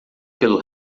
pelo